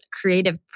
creative